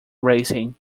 racing